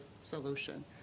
solution